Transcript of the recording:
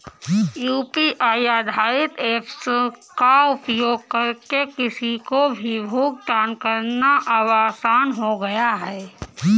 UPI आधारित apps का उपयोग करके किसी को भी भुगतान करना अब आसान हो गया है